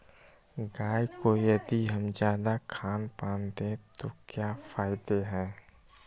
गाय को यदि हम अच्छा खानपान दें तो क्या फायदे हैं?